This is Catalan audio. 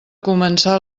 començar